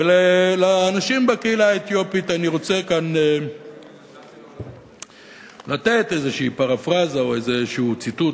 ולאנשים בקהילה האתיופית אני רוצה כאן לתת איזו פרפראזה או איזה ציטוט,